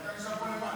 אתה נשאר פה לבד.